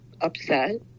upset